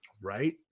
right